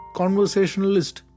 conversationalist